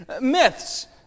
myths